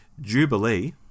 Jubilee